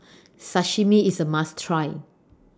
Sashimi IS A must Try